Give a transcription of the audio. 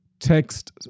text